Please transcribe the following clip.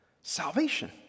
Salvation